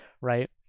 right